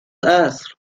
عصر